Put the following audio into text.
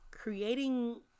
Creating